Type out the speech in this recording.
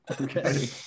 Okay